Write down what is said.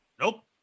Nope